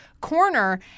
corner